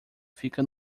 fica